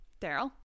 daryl